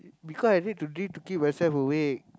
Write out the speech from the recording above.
because I need to drink to keep myself awake